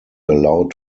allowed